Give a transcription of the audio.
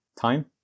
Time